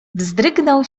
wzdrygnął